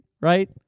right